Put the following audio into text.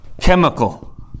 chemical